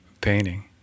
painting